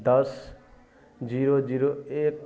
दस zero zero एक